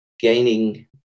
gaining